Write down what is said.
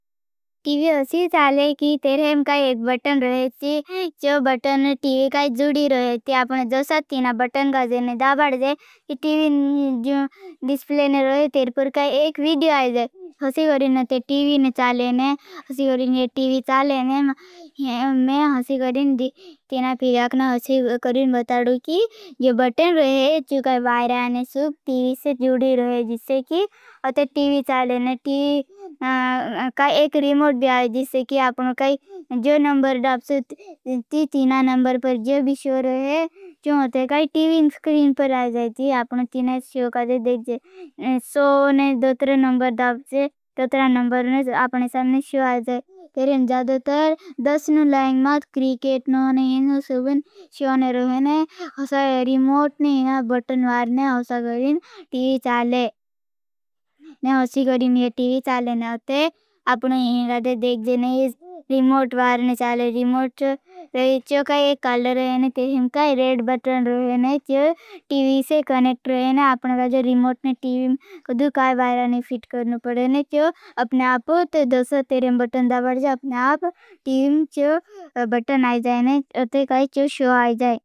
टीवी अशी चाले की तेरें काई एक बटन रहे। ची जो बटन टीवी काई जुड़ी रहे। ती आपने ज़ोसत तीना बटन गाजे ने जाबड़। जे की टीवी जो डिस्प्लेने रहे। तेरें पर काई एक वीडियो आजे। अशी करें अते टीवी ने चाले ने अशी करें। ये मैं अशी करें तीना पिराकना अशी करें। बताड़ू की जो बटन रहे। ची काई बाहरे ने शू टीवी से जुड़ी रहे। जीसे की अते टीवी चाले ने टीवी काई। एक रीमोड भी आजे जीसे की आपनो काई जो। नंबर दापसे ती तीना नंबर पर जो भी शू रहे। चूअते काई टीवी इन स्क्रीन पर आजे जैती आपनो तीना शू काई जीसे देखजे। शू ने दो त्रा नंबर दापसे दो त्रा नंबर ने आपने सामने शू आजे तेरें जाद तर। दसनु लाइंग माद क्रीकेट नो ने इन उसे भी शू ने रहे। ने उसे रिमोट ने इना बटन वारने उसे गरें। टीवी चाले ने उसे गरें ये टीवी चाले ने उते। आपनो इने गाज़े देखजे ने ये रिमोट वारने चाले रिमोट ने चू काई कलर रहे। ने तेरें काई रेड बटन रहे। ने चू टीवी से कनेक रहे। ने आपनो गाज़े रिमोट ने टीवी में कदू काई बायरा ने फिट करने पड़े। ने चू अपने आपो तो दोसर तेरें बटन दबड़ जे अपने आप टीवी में चू बटन आजाए। ने अपने काई चू शू आजाए।